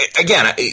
again